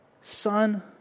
son